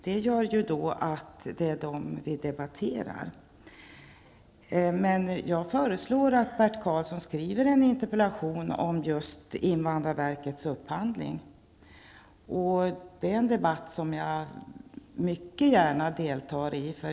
Det är de frågorna vi debatterar. Jag föreslår att Bert Karlsson skriver en interpellation om just invandrarverkets upphandling. Det är en debatt som jag mycket gärna deltar i.